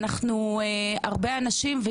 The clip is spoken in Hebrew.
אנחנו הרבה אנשים בחדר,